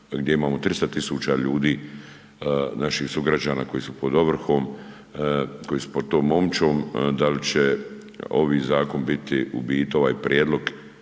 gdje imamo 300.000 ljudi, naših sugrađana koji su pod ovrhom, koji su pod tom omčom, da li će ovi zakon biti u biti ovaj prijedlog